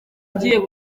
ngiye